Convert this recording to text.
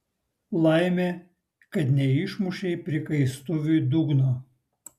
laimė kad neišmušei prikaistuviui dugno